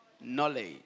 knowledge